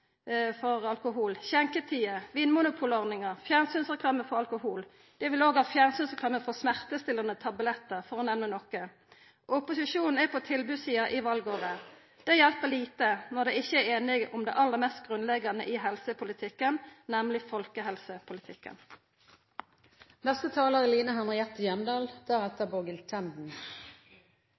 mot alkohol, skjenketider, vinmonopolordninga, fjernsynsreklame for alkohol – og ein vil også ha fjernsynsreklame for smertestillande tablettar, for å nemna noko. Opposisjonen er på tilbodssida i valåret. Det hjelper lite når ein ikkje er einig om det aller mest grunnleggjande i helsepolitikken, nemleg